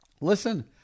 listen